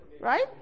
right